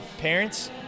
parents